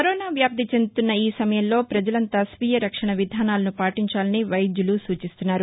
corona వ్యాప్తి చెందుతున్న ఈ సమయంలో పజలంతా స్వీయ రక్షణ విధానాలను పాటించాలని వైద్యులు సూచిస్తున్నారు